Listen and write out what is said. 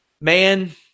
Man